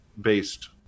based